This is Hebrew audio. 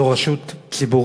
זו רשות ציבורית,